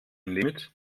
limit